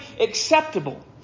acceptable